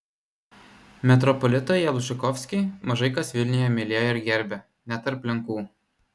metropolitą jalbžykovskį mažai kas vilniuje mylėjo ir gerbė net tarp lenkų